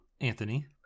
Anthony